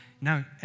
now